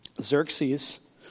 Xerxes